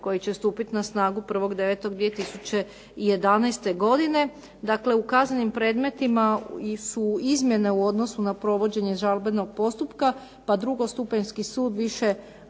koji će stupiti na snagu 1.09.2011. godine dakle u kaznenim predmetima su izmjene u odnosu na provođenje žalbenog postupka pa drugostupanjski sud više